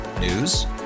News